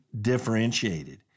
differentiated